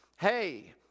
hey